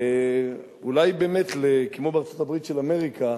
אולי באמת, כמו בארצות-הברית של אמריקה,